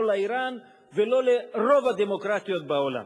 לא לאירן ולא לרוב הדמוקרטיות בעולם.